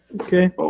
Okay